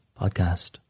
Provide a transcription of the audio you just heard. podcast